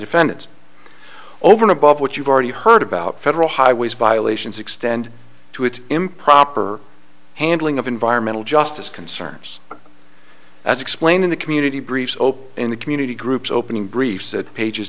defendants over and above what you've already heard about federal highways violations extend to its improper handling of environmental justice concerns as explained in the community brief soap in the community groups opening brief said pages